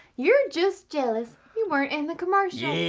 you're just jealous you weren't in the commercial.